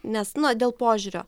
nes na dėl požiūrio